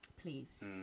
please